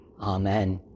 Amen